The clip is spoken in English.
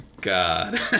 God